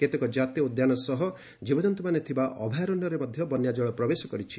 କେତେକ ଜାତୀୟ ଉଦ୍ୟାନ ସହ ଜୀବଜନ୍ତୁମାନେ ଥିବା ଅଭୟାରଣ୍ୟରେ ମଧ୍ୟ ବନ୍ୟାଜଳ ପ୍ରବେଶ କରିଛି